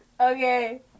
Okay